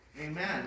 Amen